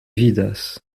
vidas